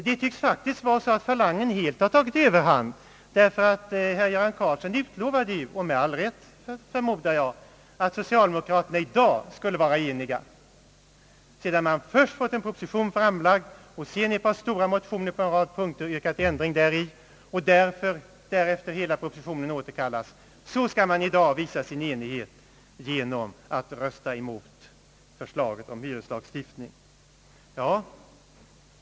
Det tycks faktiskt vara så, att falangen helt har tagit överhand, ty herr Göran Karlsson utlovade — med all rätt förmodar jag — att socialdemokraterna i dag skulle vara eniga. Sedan man först fått en proposition framlagd och sedan i ett par stora motioner på en rad punkter yrkat ändring i propositionen och därefter återkallat hela propositionen, skall man i dag visa sin enighet genom att rösta emot förslaget om hyreslagstiftning.